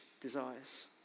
desires